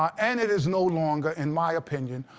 um and it is no longer, in my opinion,